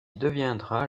deviendra